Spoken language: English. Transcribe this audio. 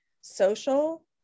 social